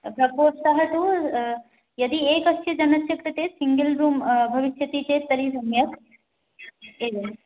प्रकोष्ठः तु यदि एकस्य जनस्य कृते सिङ्गल् रूम् भविष्यति चेत् तर्हि सम्यक् एवम्